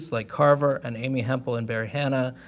like carver and amy hempel and barry hannah,